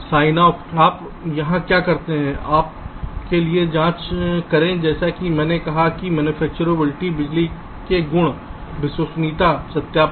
sign off आप यहाँ क्या करते हैं आप के लिए जाँच करें जैसा कि मैंने कहा कि मनुफक्चरबीलिटी बिजली के गुण विश्वसनीयता सत्यापन